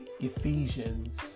Ephesians